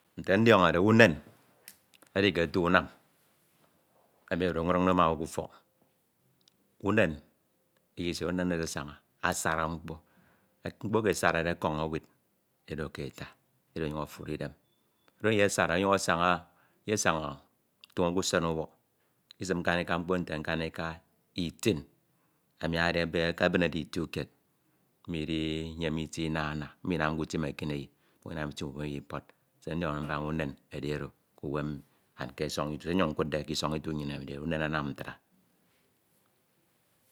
Nte Ndiọñọde, unen odu ke ite unam emi ọduñde ma owu k’ufọk. Unen eyi isiere, unen oro asaña asaña mkpọ mkpo eke e sara ọkọñ ewid, edo ke e eta, edo ọnyuñ ofure e idem. Unen iyesara ọnyuñ asaña iyesaña toño k’usen ubọk isim nkanika mkpo nte nkanika itin amiade ebine ke ituikied ididi idiyem itie inana, mmo inamke utim ekineyi, mmo anam utim uwemeyi kpọd. Se ndioñọde mbaña unen edi oro k’uwem mi ma ke isọñ itu se nnyiñ nkudde ke isọñ itu nnyin emi edi unen anam ntra.